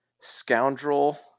scoundrel